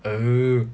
oh